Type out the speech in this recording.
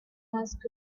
asked